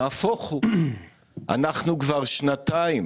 נהפוך הוא אנחנו כבר שנתיים